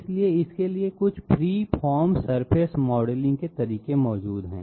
इसलिए इसके लिए कुछ फ्री फॉर्म सरफेस मॉडलिंग के तरीके मौजूद हैं